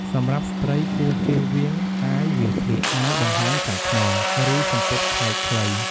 សម្រាប់ស្ត្រី គួរជៀសវាងអាវវាលក្លៀក អាវបង្ហាញសាច់ខ្នង ឬសំពត់ខើចខ្លី។